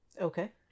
Okay